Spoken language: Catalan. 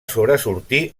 sobresortir